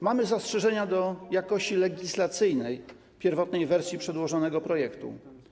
Mamy zastrzeżenia co do jakości legislacyjnej pierwotnej wersji przedłożonego projektu.